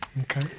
Okay